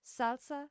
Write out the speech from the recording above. Salsa